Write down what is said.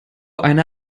eine